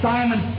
Simon